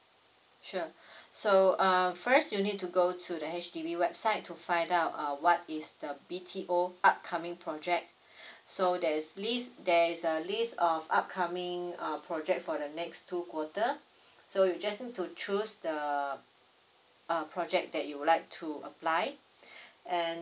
sure so uh first you need to go to the H_D_B website to find out uh what is the B_T_O upcoming project so there is list there is a list of upcoming uh project for the next two quarter so you just need to choose the uh project that you would like to apply and